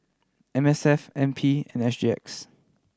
M S F N P and S G X